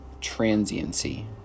transiency